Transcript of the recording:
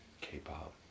K-pop